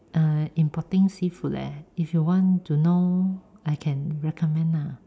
err importing seafood leh if you want to know I can recommend lah